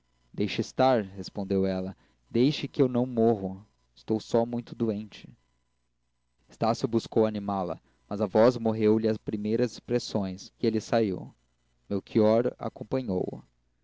deixe estar respondeu ela deixe que eu não morro estou só muito doente estácio buscou animá-la mas a voz morreu-lhe às primeiras expressões e ele saiu melchior acompanhou-o